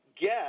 get